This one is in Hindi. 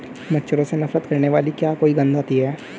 मच्छरों से नफरत करने वाली क्या कोई गंध आती है?